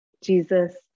Jesus